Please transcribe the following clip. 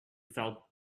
felt